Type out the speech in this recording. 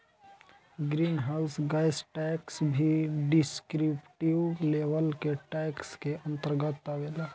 green house gas tax भी descriptive level के tax के अंतर्गत आवेला